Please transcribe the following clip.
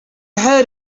heard